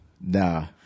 Nah